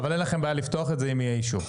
אבל אין לכם בעיה לפתוח את זה אם יהיה אישור.